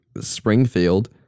Springfield